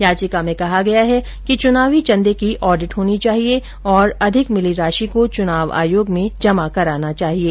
याचिका में कहा गया है कि चुनावी चन्दे की ऑडिट होनी चाहिये और अधिक मिली राशि को चुनाव आयोग में जमा कराना चाहिये